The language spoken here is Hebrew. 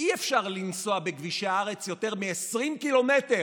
אי-אפשר לנסוע בכבישי הארץ יותר מ-20 ק"מ